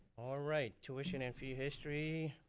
alright, tuition and fee history.